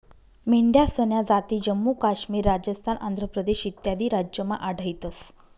मेंढ्यासन्या जाती जम्मू काश्मीर, राजस्थान, आंध्र प्रदेश इत्यादी राज्यमा आढयतंस